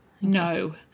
no